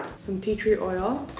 some tea tree oil.